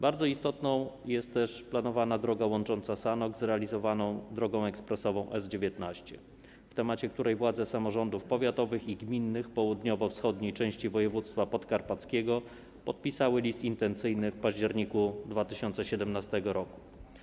Bardzo istotna jest też planowana droga łącząca Sanok z realizowaną drogą ekspresową S19, na temat której władze samorządów powiatowych i gminnych południowo-wschodniej części województwa podkarpackiego podpisały list intencyjny w październiku 2017 r.